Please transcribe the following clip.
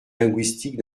linguistique